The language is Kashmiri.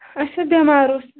اچھا بٮ۪مار اوس